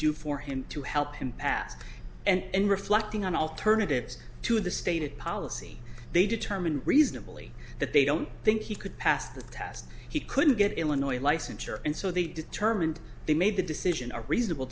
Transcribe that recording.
do for him to help him pass and reflecting on alternatives to the stated policy they determine reasonably that they don't think he could pass the test he couldn't get illinois licensure and so they determined they made the decision a reasonable